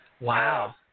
Wow